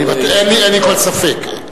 אין לי כל ספק.